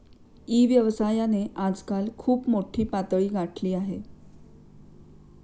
E व्यवसायाने आजकाल खूप मोठी पातळी गाठली आहे